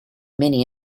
many